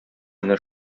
менә